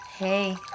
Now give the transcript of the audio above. Hey